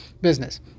business